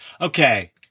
okay